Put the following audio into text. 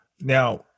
Now